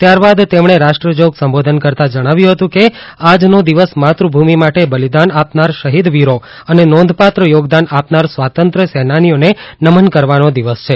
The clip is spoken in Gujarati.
ત્યારબાદ તેમણે રાષ્ટ્રજોગ સંબોધન કરતાં જણાવ્યું હતું કે આજનો દિવસ માતૃભુમિ માટે બલિદાન આપનાર શહિદવીરો અને નોંધપાત્ર યોગદાન આપનાર સ્વાતંત્ય સેનાનીઓને નમન કરવાનો દિવસ છે